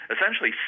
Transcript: essentially